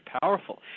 powerful